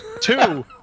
Two